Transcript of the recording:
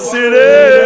City